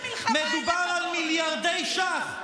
מדובר על מיליארדי שקלים.